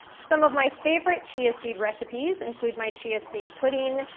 some of my favorite chia seed recipes include my chia seed pudding,